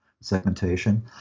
segmentation